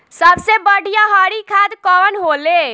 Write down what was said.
सबसे बढ़िया हरी खाद कवन होले?